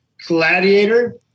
Gladiator